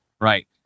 right